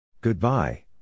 Goodbye